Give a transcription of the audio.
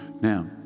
now